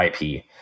IP